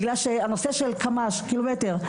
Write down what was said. בגלל שהנושא של קילומטרים,